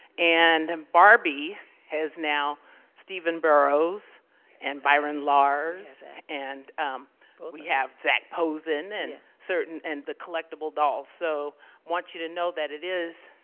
and and barbie has now stephen burrows and byron lars and um but we have zac posen and certain and the collectible dolls. so i want you to know that it is,